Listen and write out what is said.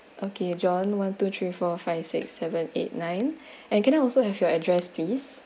okay john one two three four five six seven eight nine and can I also have your address please